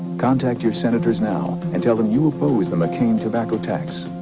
contact your senators now and tell them you oppose the mccain tobacco tax